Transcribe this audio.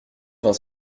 vingt